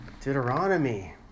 Deuteronomy